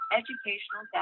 educational